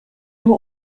were